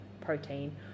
protein